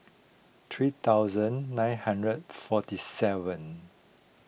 three thousand nine hundred forty seven